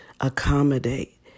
accommodate